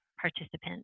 participants